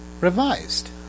revised